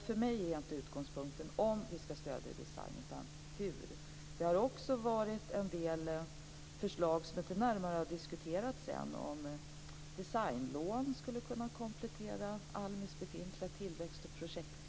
För mig är alltså inte utgångspunkten om vi ska stödja design utan hur. Det har också funnits en del förslag som inte närmare har diskuterats än om designlån skulle kunna komplettera ALMI:s befintliga tillväxt och projektlån.